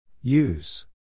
Use